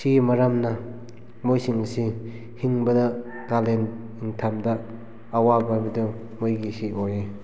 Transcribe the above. ꯁꯤꯒꯤ ꯃꯔꯝꯅ ꯃꯣꯏꯁꯤꯡꯁꯤ ꯍꯤꯡꯕꯗ ꯀꯥꯂꯦꯟ ꯅꯤꯡꯊꯝꯗ ꯑꯋꯥꯕ ꯍꯥꯏꯕꯗꯣ ꯃꯣꯏꯒꯤꯁꯤ ꯑꯣꯏꯌꯦ